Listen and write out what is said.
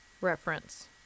reference